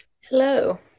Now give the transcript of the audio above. Hello